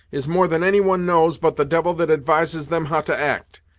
is more than any one knows but the devil that advises them how to act.